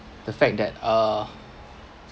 the fact that uh